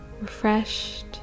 refreshed